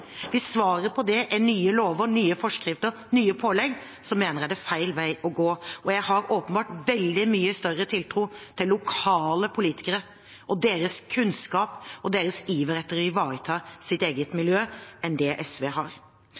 Hvis svaret på det er nye lover, nye forskrifter og nye pålegg, mener jeg det er feil vei å gå. Og jeg har åpenbart veldig mye større tiltro til lokale politikere og deres kunnskap og iver etter å ivareta sitt eget miljø enn det SV har.